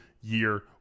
year